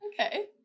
Okay